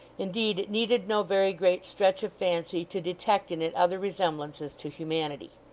indeed, it needed no very great stretch of fancy to detect in it other resemblances to humanity.